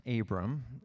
Abram